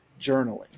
journaling